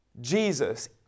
Jesus